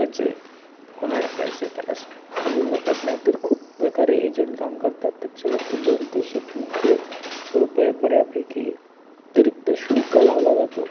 त्याचे होणारे पैसे त्याला स समजून जातात नाही तर खूप प्रकारे एजंट काम करतात त्याच्यावरती दोनतेशे तीनशे रुपय बऱ्यापैकी अतिरिक्त शुल्क लावला जातो